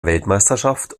weltmeisterschaft